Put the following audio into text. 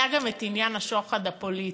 היה גם עניין השוחד הפוליטי.